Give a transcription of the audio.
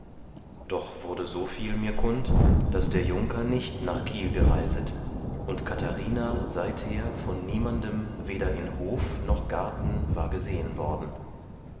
doch wurde so viel mir kund daß der junker nicht nach kiel gereiset und katharina seither von niemandem weder in hof noch garten war gesehen worden